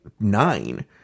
nine